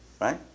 Right